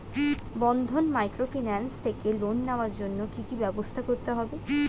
বন্ধন microfinance থেকে loan নেওয়ার জন্য কি কি ব্যবস্থা করতে হবে?